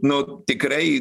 nu tikrai